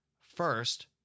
First